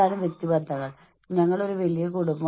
നിങ്ങളുടെ കുടുംബത്തെപ്പോലെ നിങ്ങൾക്ക് അനുഭവപ്പെടും